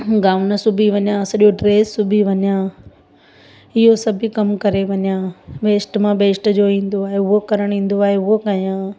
gown सिबी वञा सॼो ड्रेस सिबी वञा इहो सभु बि कम करे वञा वेस्ट मां बेस्ट जो ईंदो आहे उहो करण ईंदो आहे उहो कयां